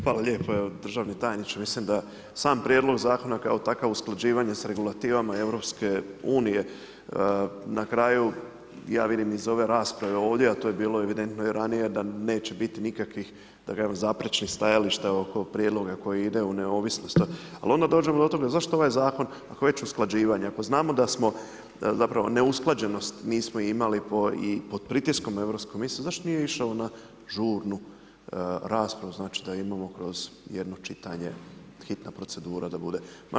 Hvala lijepo državni tajniče, mislim da je sam prijedlog zakona, kao takav usklađivanje s regulativama EU, na kraju, ja vidim iz ove rasprave, ovdje, a to je bilo evidentno i ranije, da neće biti nikakvih zaprečnih stajališta oko prijedloga koji ide u neovisnost, ali onda dođemo do toga, zašto ovaj zakon, ako je već usklađivanja, ako znamo da smo neusklađenost nismo imali po i pod pritiskom Europske komisije, zašto nije išao na žurnu raspravu, znači da imamo kroz jedno čitanje, hitna procedura da bude.